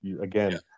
Again